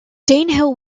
danehill